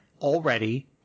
already